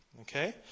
Okay